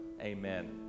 Amen